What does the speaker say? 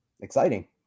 exciting